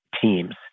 teams